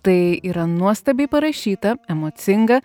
tai yra nuostabiai parašyta emocinga